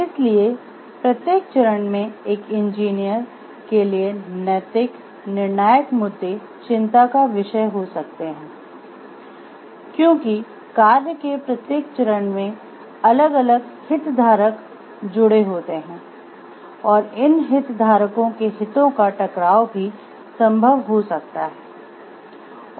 इसलिए प्रत्येक चरण में एक इंजीनियर के लिए नैतिक निर्णायक मुद्दे जुड़े होते हैं और इन हितधारकों के हितों का टकराव भी संभव हो सकता है